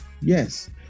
Yes